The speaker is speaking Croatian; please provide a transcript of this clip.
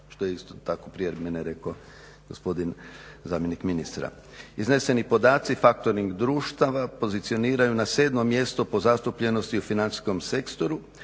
što je isto tako prije mene rekao gospodin zamjenik ministra. Izneseni podaci factoring društava pozicioniraju na 7.mjeseto po zastupljenosti u financijskom sektoru